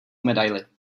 medaili